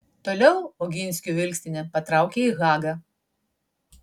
toliau oginskių vilkstinė patraukė į hagą